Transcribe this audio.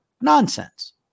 nonsense